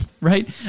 Right